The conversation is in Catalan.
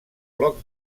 blocs